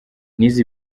nize